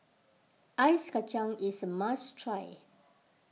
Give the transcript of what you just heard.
Ice Kacang is a must try